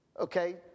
Okay